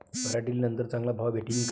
पराटीले नंतर चांगला भाव भेटीन का?